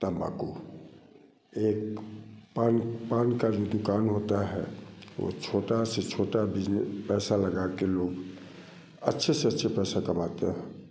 तँबाकू एक पान पान का भी दुकान होता है वो छोटा से छोटा बेज पैसा लगा के लोग अच्छे से अच्छा पैसा कमाते हैं